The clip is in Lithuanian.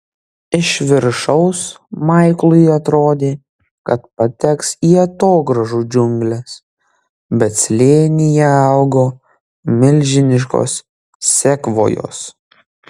iš viršaus maiklui atrodė kad pateks į atogrąžų džiungles bet slėnyje augo milžiniškos sekvojos